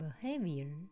behavior